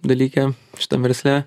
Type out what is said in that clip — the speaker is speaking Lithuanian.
dalyke šitam versle